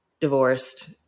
divorced